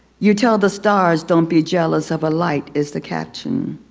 you tell the stars don't be jealous of a light, is the caption.